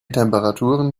temperaturen